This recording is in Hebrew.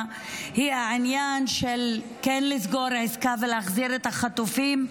היא העניין של כן לסגור עסקה ולהחזיר את החטופים,